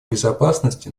безопасности